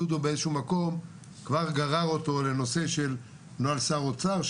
דודו באיזה שהוא מקום כבר גרר אותו לנושא של נוהל שר אוצר,